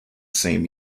same